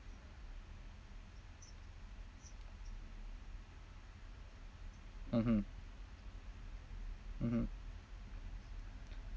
mmhmm mmhmm